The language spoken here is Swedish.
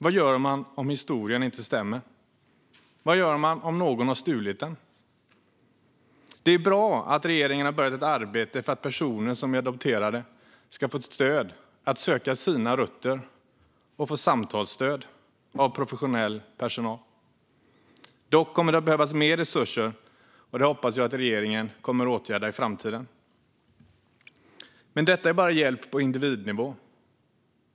Vad gör man om historien inte stämmer? Vad gör man om någon har stulit den? Det är bra att regeringen har börjat ett arbete för att personer som är adopterade ska få stöd att söka sina rötter och få samtalsstöd av professionell personal. Dock kommer det behövas mer resurser. Det hoppas jag att regeringen kommer att åtgärda i framtiden. Men detta är bara hjälp på individnivå.